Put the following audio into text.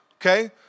okay